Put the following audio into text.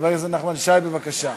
חבר הכנסת נחמן שי, בבקשה.